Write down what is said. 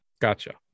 Gotcha